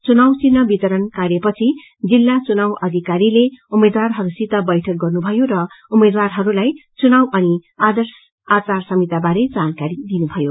चुनाव चिन्ह वितरण कार्यपछि जिल्ल चुनाव अधिकरीले उम्मेद्वारहरूसित बैठक गर्नुभयो र उम्मेद्वारहरूलाई चुनाव अनि आर्दश आचार संहिता बारे जानकारी दिनुभयो